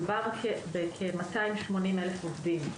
מדובר בכ-280 אלף עובדים,